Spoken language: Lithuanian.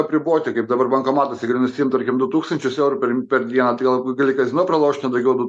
apriboti kaip dabar bankomatuose grynus imt tarkim du tūkstančius eurų per dieną tai labai gali kazino pralošt ten daugiau du